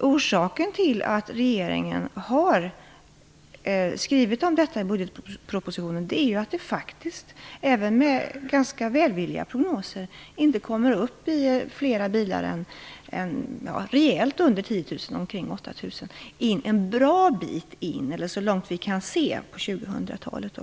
Orsaken till att regeringen har skrivit om detta i budgetpropositionen är att trafiken faktiskt inte ens med ganska välvilliga prognoser kommer upp i flera bilar än rejält under 10 000 - omkring 8 000 - även så långt vi kan se fram på 2000-talet.